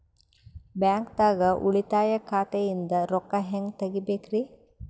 ಬ್ಯಾಂಕ್ದಾಗ ಉಳಿತಾಯ ಖಾತೆ ಇಂದ್ ರೊಕ್ಕ ಹೆಂಗ್ ತಗಿಬೇಕ್ರಿ?